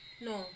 No